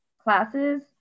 classes